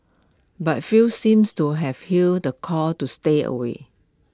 but few seemed to have heeded the call to stay away